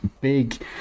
big